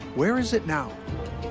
where is it now?